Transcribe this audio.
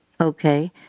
Okay